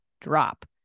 drop